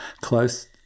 close